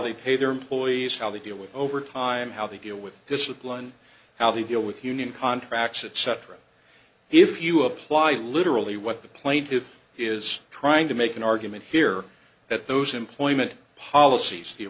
they pay their employees how they deal with overtime how they deal with this with glenn how they deal with union contracts etc if you apply literally what the plaintive is trying to make an argument here that those employment policies the